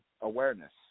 awareness